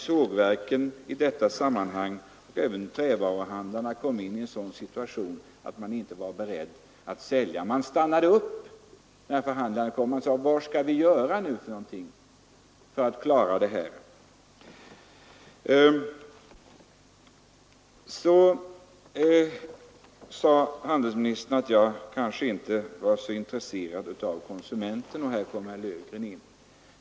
Sågverken och även trävaruhandlarna var inte beredda att sälja, utan stannade upp när förhandlingarna började och undrade vad de skulle göra för att klara upp situationen. Handelsministern trodde inte att jag vore intresserad av konsumenten. Då kom herr Löfgren in i debatten.